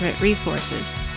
Resources